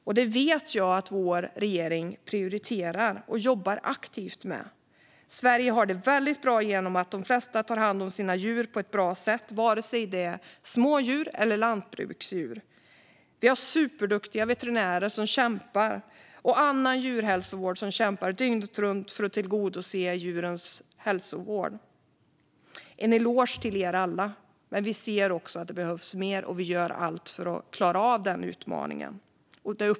Jag vet att vår regering prioriterar och jobbar aktivt med detta. Sverige har det väldigt bra i och med att de flesta tar hand om sina djur på ett bra sätt, vare sig det gäller smådjur eller lantbruksdjur. Vi har superduktiga veterinärer och annan djurhälsovård som kämpar dygnet runt för att tillgodose djurens behov. Till dem vill jag säga: En eloge till er alla! Det arbete ni gör uppskattas. Vi ser också att det behövs mer, och vi gör allt för att klara av den utmaningen.